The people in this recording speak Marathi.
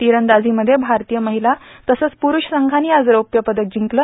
तीरंदाजीमध्ये भारतीय महिला तसंच प्रुठेष संघांनी आज रौप्य पदकं जिंकलं